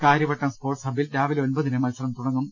Karyavattom sports ഹബിൽ രാവിലെ ഒൻപതിന് മത്സരം തുടങ്ങും